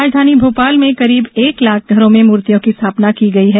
राजधानी भोपाल में एक लाख से अधिक घरों में मूर्तियों की स्थापना की गई है